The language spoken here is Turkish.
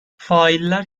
failler